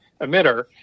emitter